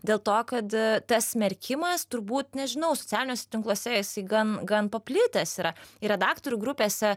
dėl to kad tas smerkimas turbūt nežinau socialiniuose tinkluose jisai gan gan paplitęs yra ir redaktorių grupėse